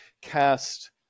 cast